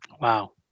wow